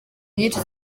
nyinshi